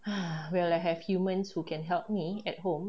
!hais! when will I have humans who can help me at home